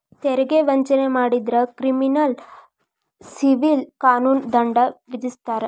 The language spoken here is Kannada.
ತೆರಿಗೆ ವಂಚನೆ ಮಾಡಿದ್ರ ಕ್ರಿಮಿನಲ್ ಸಿವಿಲ್ ಕಾನೂನು ದಂಡ ವಿಧಿಸ್ತಾರ